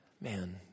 Man